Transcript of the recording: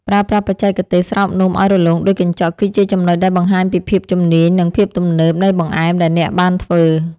ប្រើប្រាស់បច្ចេកទេសស្រោបនំឱ្យរលោងដូចកញ្ចក់ គឺជាចំណុចដែលបង្ហាញពីភាពជំនាញ និងភាពទំនើបនៃបង្អែមដែលអ្នកបានធ្វើ។